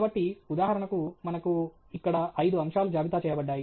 కాబట్టి ఉదాహరణకు మనకు ఇక్కడ ఐదు అంశాలు జాబితా చేయబడ్డాయి